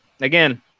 again